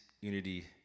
unity